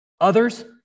others